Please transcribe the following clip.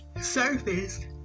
surfaced